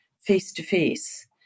face-to-face